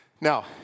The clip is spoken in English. Now